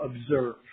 observe